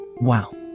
Wow